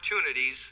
opportunities